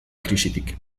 krisitik